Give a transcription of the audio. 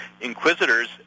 inquisitors